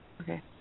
Okay